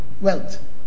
wealth